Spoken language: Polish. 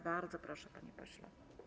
Bardzo proszę, panie pośle.